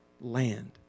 land